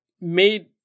made